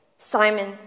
Simon